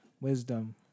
wisdom